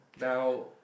now